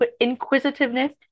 inquisitiveness